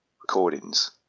recordings